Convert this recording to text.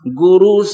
guru